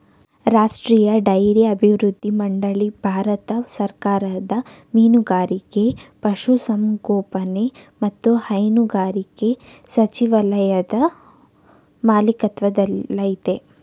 ರಾಷ್ಟ್ರೀಯ ಡೈರಿ ಅಭಿವೃದ್ಧಿ ಮಂಡಳಿ ಭಾರತ ಸರ್ಕಾರದ ಮೀನುಗಾರಿಕೆ ಪಶುಸಂಗೋಪನೆ ಮತ್ತು ಹೈನುಗಾರಿಕೆ ಸಚಿವಾಲಯದ ಮಾಲಿಕತ್ವದಲ್ಲಯ್ತೆ